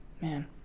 Man